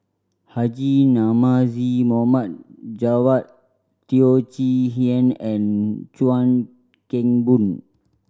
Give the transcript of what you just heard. Haji Namazie Mohd Javad Teo Chee Hean and Chuan Keng Boon